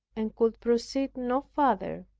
and could proceed no farther.